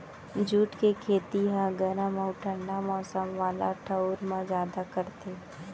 jute के खेती ह गरम अउ ठंडा मौसम वाला ठऊर म जादा करथे